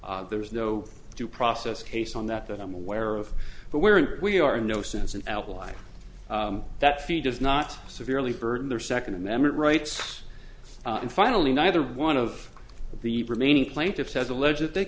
there is no due process case on that that i'm aware of but where we are in no sense an outline that fee does not severely burned their second amendment rights and finally neither one of the remaining plaintiffs has alleged th